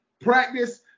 practice